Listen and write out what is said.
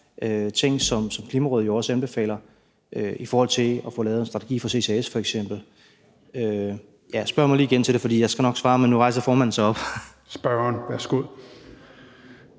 ting, som Klimarådet jo også anbefaler i forhold til at få lavet en strategi for ccs f.eks. Men spørg mig lige igen om det, for jeg skal nok svare, men nu rejser formanden sig op. Kl. 15:33 Tredje